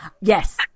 Yes